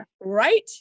right